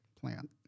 plant